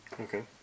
Okay